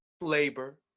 labor